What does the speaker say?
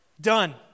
Done